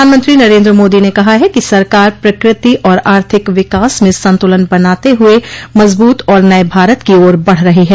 प्रधानमंत्री नरेन्द्र मोदी ने कहा है कि सरकार प्रकृति और आर्थिक विकास में संतुलन बनाते हुए मजबूत और नये भारत की ओर बढ़ रही है